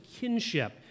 kinship